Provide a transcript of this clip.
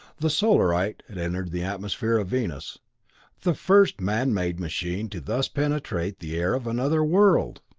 the solarite had entered the atmosphere of venus the first man-made machine to thus penetrate the air of another world!